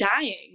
dying